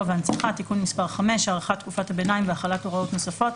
והנצחה) (תיקון מס' 5) (הארכת תקופת הביניים והחלת הוראות נוספות),